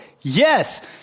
Yes